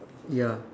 ya